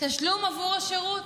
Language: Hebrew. תשלום עבור השירות.